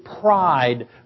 pride